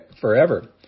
forever